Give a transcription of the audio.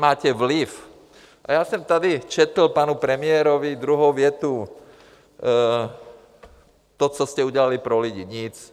A já jsem tady četl panu premiérovi druhou větu, to, co jste udělali pro lidi nic.